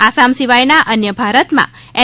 આસામ સિવાયના અન્ય ભારતમાં એન